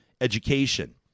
education